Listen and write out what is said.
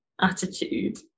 attitude